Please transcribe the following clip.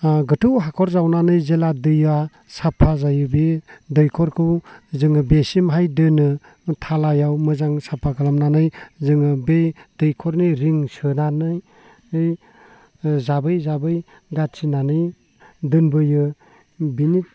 गोथौ हाखर जावनानै जेब्ला दैया साफा जायो बे दैखरखौ जोङो बेसिमहाय दोनो थालायाव मोजां साफा खालामनानै जोङो बे दैखरनि रिं सोनानै जाबै जाबै गाथिनानै दोनबोयो बेनि